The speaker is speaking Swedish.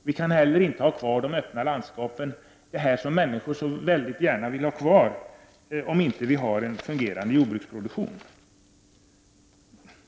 Vi kan inte ha kvar de öppna landskapen, allt det som människor så gärna vill ha kvar, om vi inte har en fungerande jordbruksproduktion.